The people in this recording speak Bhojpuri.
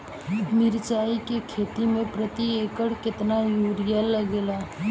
मिरचाई के खेती मे प्रति एकड़ केतना यूरिया लागे ला?